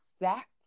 exact